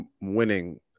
winning